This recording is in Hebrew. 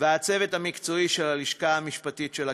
והצוות המקצועי של הלשכה המשפטית של הכנסת,